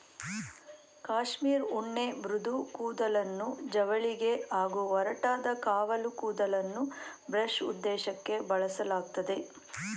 cashmere ಉಣ್ಣೆ ಮೃದು ಕೂದಲನ್ನು ಜವಳಿಗೆ ಹಾಗೂ ಒರಟಾದ ಕಾವಲು ಕೂದಲನ್ನು ಬ್ರಷ್ ಉದ್ದೇಶಕ್ಕೇ ಬಳಸಲಾಗ್ತದೆ